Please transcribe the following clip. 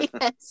yes